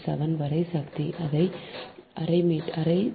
17 வரை சக்தி அரை 6